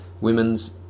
Women's